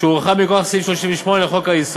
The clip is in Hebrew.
שהוארכה מכוח סעיף 38 לחוק-יסוד: